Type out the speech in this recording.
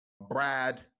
Brad